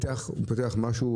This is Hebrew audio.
הוא פתח משהו,